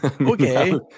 okay